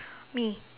me